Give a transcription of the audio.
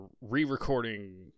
re-recording